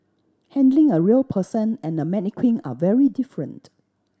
handling a real person and a mannequin are very different